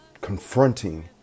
confronting